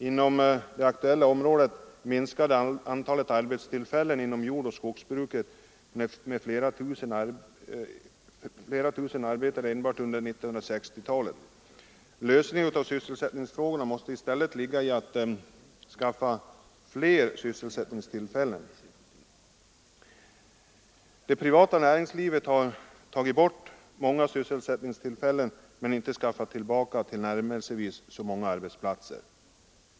Inom det aktuella området minskade antalet arbetstillfällen inom jordoch skogsbruk med flera tusen enbart under 1960-talet. Lösningen av sysselsättningsfrågorna måste i stället ligga i att skaffa fler sysselsättningstillfällen. Det privata näringslivet har tagit bort många arbetsplatser men inte skaffat tillbaka tillnärmelsevis lika många.